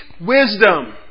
wisdom